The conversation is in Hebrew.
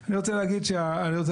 אני רוצה להגיד לך,